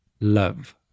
love